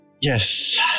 Yes